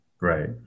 Right